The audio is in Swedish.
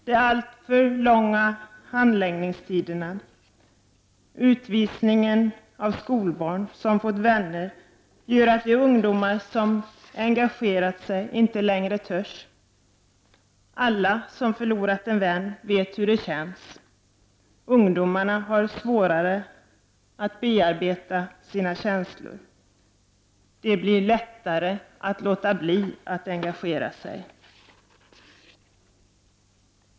De alltför långa handläggningstiderna och utvisningen av skolbarn som har fått vänner här gör att ungdomar som har engagerat sig inte längre törs göra detta. Alla som har förlorat en vän vet hur detta känns. Ungdomarna har dessutom svårare att bearbeta sina känslor. Därför är det enklare att låta bli att engagera sig.